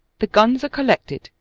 the guns are collected,